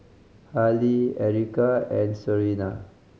Hailie Erykah and Serena